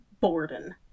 Borden